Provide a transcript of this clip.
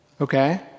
Okay